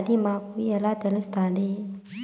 అది మాకు ఎలా తెలుస్తాది?